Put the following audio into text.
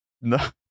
No